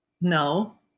no